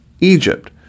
Egypt